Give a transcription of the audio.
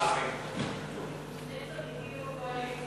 ההצעה לכלול את